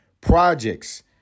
projects